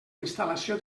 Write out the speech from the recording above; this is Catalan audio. instal·lació